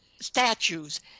statues